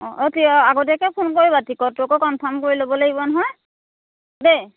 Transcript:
অঁ কি অঁ আগতীয়াকৈ ফোন কৰিবা টিকটো আকৌ কনফাৰ্ম কৰি ল'ব লাগিব নহয় দেই